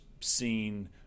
seen